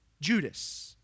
Judas